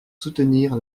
soutenir